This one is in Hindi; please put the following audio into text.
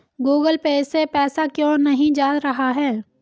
गूगल पे से पैसा क्यों नहीं जा रहा है?